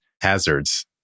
hazards